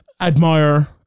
admire